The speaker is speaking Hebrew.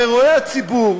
הרי הציבור